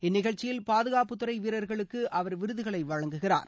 இந்நிகழ்ச்சியில் பாதுகாப்புத்துறை வீரர்களுக்கு அவர் விருதுகளை வழங்குகிறார்